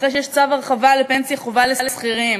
אחרי שיש צו הרחבה לפנסיה חובה לשכירים.